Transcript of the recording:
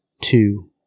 two